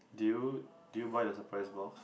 did you did you buy the surprise box